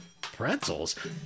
Pretzels